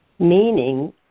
meaning